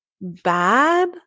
bad